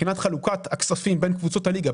מבחינת חלוקת הכספים בין קבוצות הליגה,